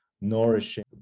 nourishing